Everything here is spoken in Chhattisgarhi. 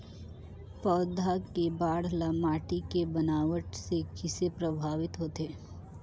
पौधा के बाढ़ ल माटी के बनावट से किसे प्रभावित होथे?